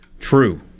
True